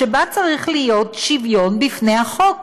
שבה צריך להיות שוויון בפני החוק,